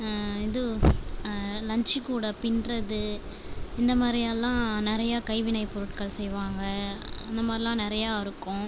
இது லன்ச்சு கூட பின்றது இந்தமாதிரி எல்லாம் நிறைய கைவினைப் பொருட்கள் செய்வாங்கள் அந்தமாதிரிலாம் நிறையா இருக்கும்